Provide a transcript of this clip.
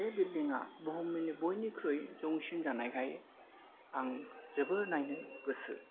बे बिलदिंआ बुहुमनि बयनिख्रुयै जौसिन जानायखाय आं जोबोद नायनो गोसो